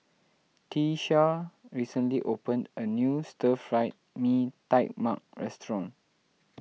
Tiesha recently opened a new Stir Fried Mee Tai Mak Restaurant